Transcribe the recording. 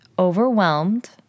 overwhelmed